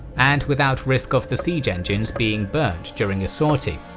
and without risk of the siege engines being burnt during a sortie.